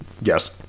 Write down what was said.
yes